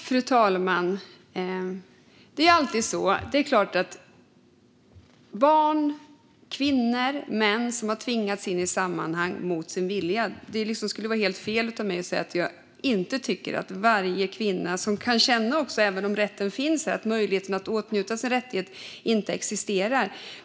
Fru talman! Det är klart att det finns barn, kvinnor och män som har tvingats in i sammanhang mot sin vilja, och det skulle vara helt fel av mig att säga att jag inte förstår varje kvinna som kan känna, även om rätten finns här, att möjligheten att åtnjuta denna rättighet inte existerar.